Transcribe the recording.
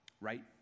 right